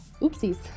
Oopsies